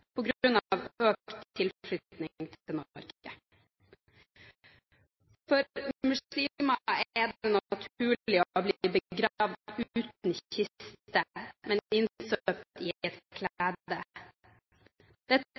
økt tilflytting til Norge. For muslimer er det naturlig å bli begravd uten kiste, men